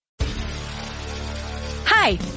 Hi